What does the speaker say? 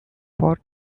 for